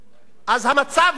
אז המצב הוא כזה,